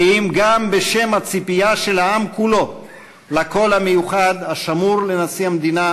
כי אם גם בשם הציפייה של העם כולו לקול המיוחד השמור לנשיא המדינה,